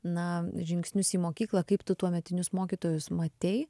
na žingsnius į mokyklą kaip tu tuometinius mokytojus matei